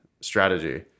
strategy